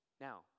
Now